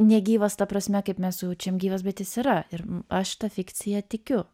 negyvas ta prasme kaip mes jaučiam gyvas bet jis yra ir aš ta fikcija tikiu